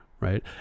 right